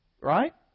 Right